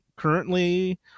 currently